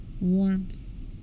warmth